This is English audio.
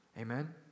Amen